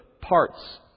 parts